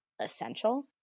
essential